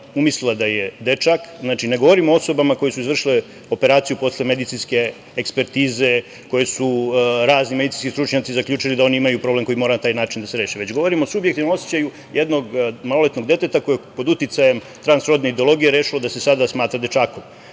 umislila da je dečak. Znači, ne govorim o osobama koje su izvršile operaciju posle medicinske ekspertize, za koje su razni medicinski stručnjaci zaključili da oni imaju problem koji mora na taj način da se reši, već govorim o subjektivnom osećaju jednog maloletnog deteta koje je pod uticajem transrodne ideologije rešilo da se sada smatra dečakom.